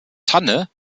tanne